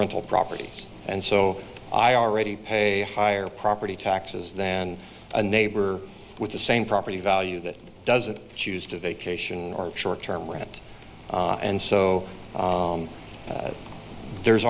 rental properties and so i already pay a higher property taxes than a neighbor with the same property value that doesn't choose to vacation or short term with it and so there's